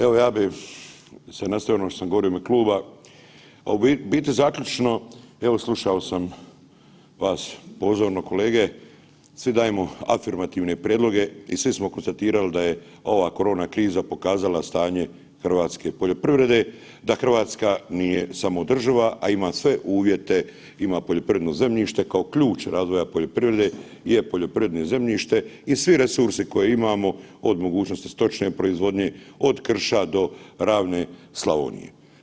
Evo ja bih se nastavio ono što sam govorio u ime kluba, a u biti zaključno evo slušao sam vas pozorno kolege, svi dajemo afirmativne prijedloge i svi smo konstatirali da je ova korona kriza pokazala stanje hrvatske poljoprivrede, da Hrvatska nije samoodrživa, a ima sve uvjete ima poljoprivredno zemljište kao ključ razvoja poljoprivrede je poljoprivredno zemljište i svi resursi koje imamo od mogućnosti stočne proizvodnje, od krša do ravne Slavonije.